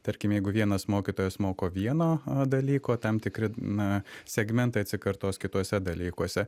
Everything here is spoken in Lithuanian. tarkim jeigu vienas mokytojas moko vieno dalyko tam tikri na segmentai atsikartos kituose dalykuose